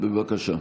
בבקשה,